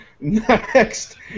Next